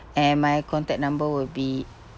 and my contact number will be